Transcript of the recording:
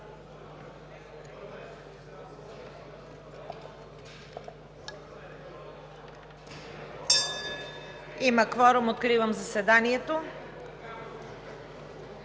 Има кворум. Откривам заседанието.